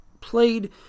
played